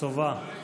סובה,